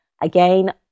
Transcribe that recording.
again